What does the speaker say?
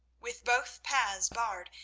with both paths barred,